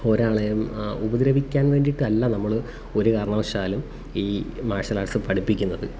ഒരാളെയും ഉപദ്രവിക്കാൻ വേണ്ടിയിട്ടല്ല നമ്മൾ ഒരു കാരണവശാലും ഈ മാർഷൽ ആർട്ട്സ് പഠിപ്പിക്കുന്നത്